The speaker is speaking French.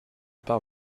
par